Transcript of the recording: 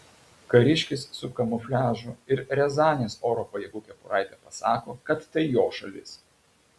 kariškis su kamufliažu ir riazanės oro pajėgų kepuraite pasako kad tai jo šalis